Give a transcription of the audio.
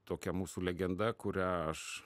tokia mūsų legenda kurią aš